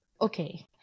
okay